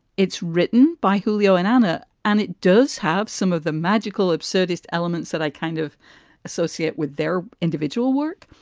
it's written by julio and ana, and it does have some of the magical absurdist elements that i kind of associate with their individual work.